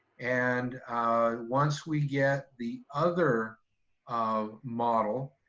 and once we get the other um model,